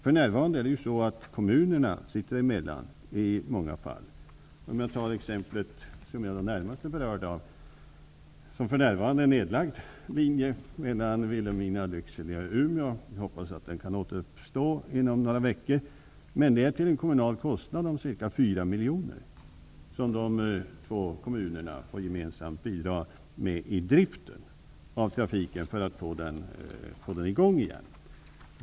För närvarande sitter kommunerna emellan i många fall. Jag kan nämna ett exempel som jag närmast är berörd av, nämligen den nu nedlagda linjen Vilhelmina--Lycksele--Umeå. Jag hoppas att den kan återuppstå inom några veckor, men det sker i så fall till en kommunal kostnad av ca 4 miljoner kronor, som de bägge kommunerna gemensamt får bidra till när det gäller att få i gång driften av trafiken.